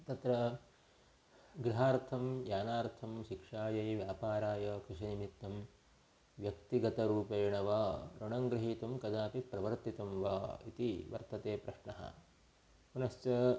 तत्र गृहार्थं यानार्थं शिक्षायै व्यापाराय कृषिनिमित्तं व्यक्तिगतरूपेण वा ऋणं गृहीतुं कदापि प्रवर्तितं वा इति वर्तते प्रश्नः पुनश्च